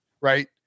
right